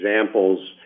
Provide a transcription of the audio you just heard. examples